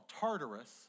Tartarus